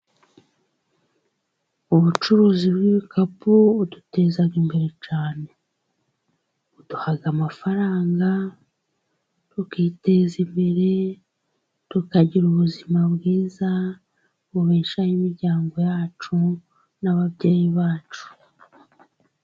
Ubucuruzi bw'ibikapu buduteza imbere cyane, buduha amafaranga tukiteza imbere tukagira ubuzima bwiza, bubeshaho imiryango yacu n'ababyeyi bacu.